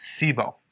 SIBO